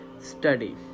study